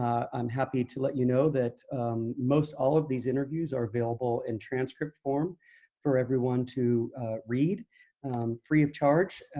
i'm happy to let you know that most all of these interviews are available in transcript form for everyone to read free of charge.